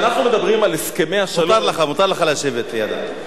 מותר לך לשבת לידה.